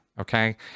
okay